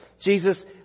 Jesus